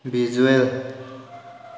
visual